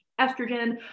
estrogen